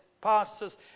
pastors